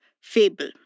fable